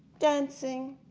dancing,